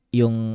yung